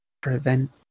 prevent